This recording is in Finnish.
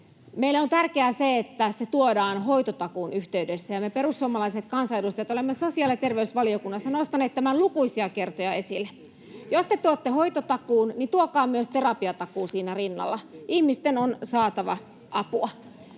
Meille on tärkeää se, että se tuodaan hoitotakuun yhteydessä, ja me perussuomalaiset kansanedustajat olemme sosiaali- ja terveysvaliokunnassa nostaneet tämän lukuisia kertoja esille. Jos te tuotte hoitotakuun, niin tuokaa myös terapiatakuu siinä rinnalla. Ihmisten on saatava apua.